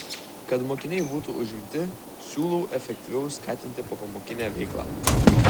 kad mokiniai būtų užimti siūlau efektyviau skatinti popamokinę veiklą